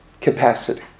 capacity